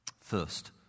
First